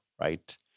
right